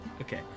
okay